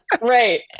right